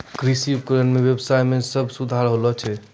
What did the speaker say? कृषि उपकरण सें ब्यबसाय में भी सुधार होलो छै